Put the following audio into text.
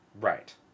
Right